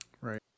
Right